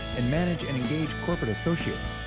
and manage and engage corporate associates.